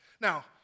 Now